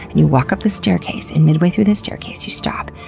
and you walk up the staircase and midway through this staircase, you stop.